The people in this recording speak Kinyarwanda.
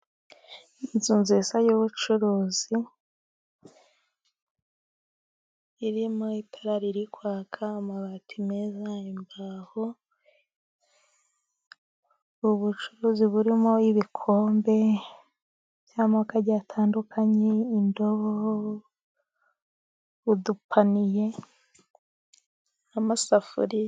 Inzu nziza y'ubucuruzi irimo itara riri kwaka amabati meza, imbaho. Ubucuruzi burimo ibikombe by'amoko agiye atandukanye indobo, udupaniye n'amasafuriya.